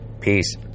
Peace